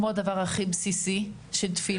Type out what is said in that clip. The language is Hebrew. כמו הדבר הכי בסיסי שתפילה,